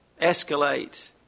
escalate